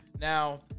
now